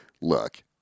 look